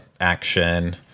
action